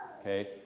Okay